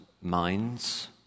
minds